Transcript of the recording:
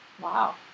wow